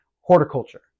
horticulture